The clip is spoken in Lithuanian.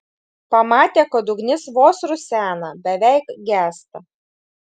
pamatė kad ugnis vos rusena beveik gęsta